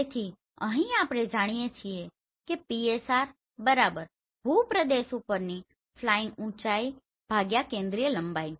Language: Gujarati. તેથી અહીં આપણે જાણીએ છીએ કે PSR ભૂપ્રદેશ ઉપરની ફ્લાઈંગ ઉચાઇ કેન્દ્રીય લંબાઈ